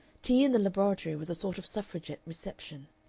tea in the laboratory was a sort of suffragette reception.